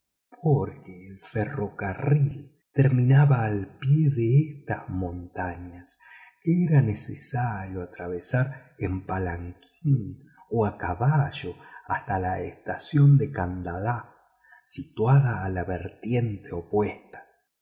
porque el ferrocarril terminaba al pie de estas montañas que era necesario atravesar en palanquín o a caballo hasta la estación de kandallah situada a la vertiente opuesta